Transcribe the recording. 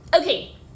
Okay